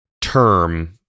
term